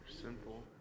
Simple